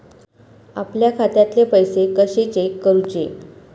आपल्या खात्यातले पैसे कशे चेक करुचे?